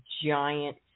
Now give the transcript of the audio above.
giant